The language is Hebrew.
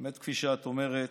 באמת, כפי שאת אומרת,